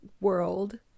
world